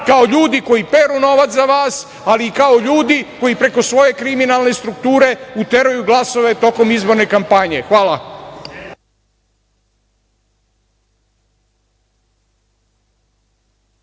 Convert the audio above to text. kao ljudi koji peru novac za vas, ali i kao ljudi koji preko svoje kriminalne strukture uteruju glasove tokom izborne kampanje. Hvala.